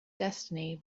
destiny